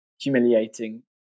humiliating